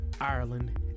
ireland